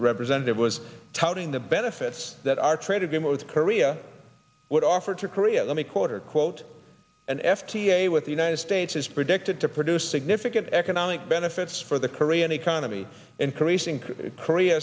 representative was touting the benefits that our trade agreement with korea would offer to korea let me quote her quote n f t a with the united states is predicted to produce significant economic benefits for the korean economy increasing korea